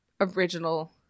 original